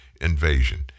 invasion